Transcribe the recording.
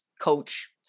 coach